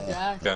כן.